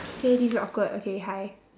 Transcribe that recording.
okay this is awkward okay hi